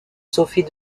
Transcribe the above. sophie